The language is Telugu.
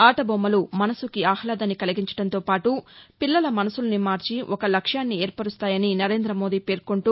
ఆటబొమ్మలు మనసుకి ఆహ్లోదాన్ని కలిగించటంతో పాటు పిల్లల మనసుల్ని మార్చి ఒక లక్ష్యాన్ని ఏర్పరుస్తాయని నరేందమోదీ పేర్కొంటూ